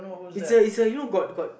it's a it's a you got got